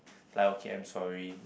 like okay I'm sorry